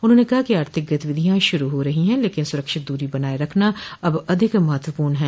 उन्होंने कहा कि आर्थिक गतिविधियां शुरू हो रही हैं लेकिन सुरक्षित दूरी बनाए रखना अब अधिक महत्वपूर्ण है